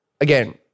again